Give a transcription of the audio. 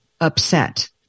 upset